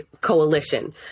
Coalition